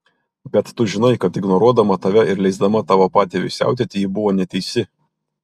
bet tu žinai kad ignoruodama tave ir leisdama tavo patėviui siautėti ji buvo neteisi